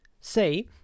say